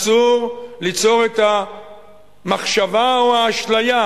אסור ליצור את המחשבה או האשליה,